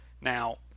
Now